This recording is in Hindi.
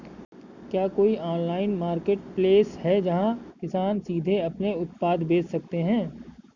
क्या कोई ऑनलाइन मार्केटप्लेस है जहाँ किसान सीधे अपने उत्पाद बेच सकते हैं?